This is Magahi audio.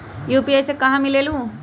यू.पी.आई एप्प कहा से मिलेलु?